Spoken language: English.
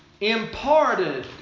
imparted